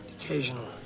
Occasional